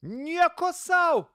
nieko sau